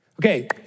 Okay